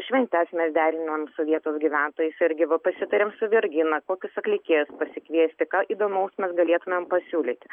šventes mes derinom su vietos gyventojais irgi va pasitarėm su vergina kokius atlikėjus pasikviesti ką įdomaus mes galėtumėm pasiūlyti